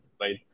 right